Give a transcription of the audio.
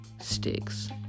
sticks